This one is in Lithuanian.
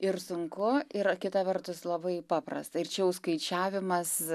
ir sunku yra kita vertus labai paprasta ir čia jau skaičiavimas